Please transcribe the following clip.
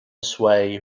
sway